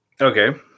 Okay